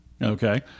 Okay